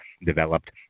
developed